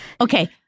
Okay